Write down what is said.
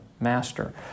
master